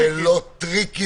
ולא טריקים.